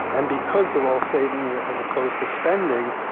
and because they're all saving, as opposed to spending,